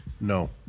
No